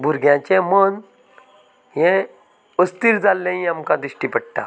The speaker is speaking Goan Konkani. भुरग्यांचे मन हें अस्थीर जाल्लेंय आमकां दिश्टी पडटा